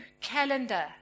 calendar